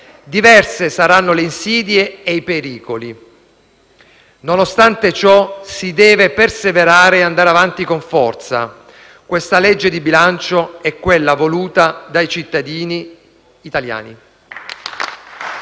Diversi saranno le insidie e i pericoli. Nonostante ciò si deve perseverare e andare avanti con forza. Questa legge di bilancio è quella voluta dai cittadini italiani.